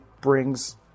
brings